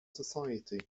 society